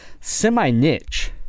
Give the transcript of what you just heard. semi-niche